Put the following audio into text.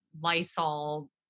Lysol